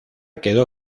quedó